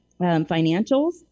financials